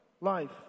life